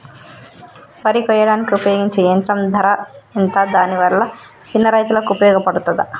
వరి కొయ్యడానికి ఉపయోగించే యంత్రం ధర ఎంత దాని వల్ల చిన్న రైతులకు ఉపయోగపడుతదా?